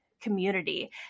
community